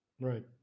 Right